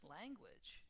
language